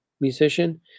musician